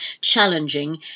challenging